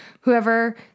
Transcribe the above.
Whoever